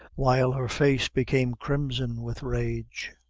while her face became crimson with rage,